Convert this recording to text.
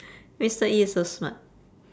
mister E is so smart